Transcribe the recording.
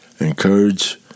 Encourage